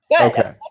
Okay